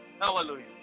Hallelujah